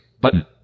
Button